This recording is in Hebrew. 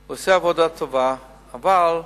הוא עושה עבודה טובה, אבל מפריעים,